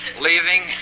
leaving